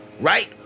right